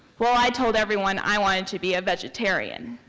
well i told everyone i wanted to be a vegetarian.